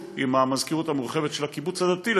עם המזכירות המורחבת של הקיבוץ הדתי,